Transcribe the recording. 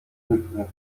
łyżwy